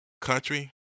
country